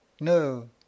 No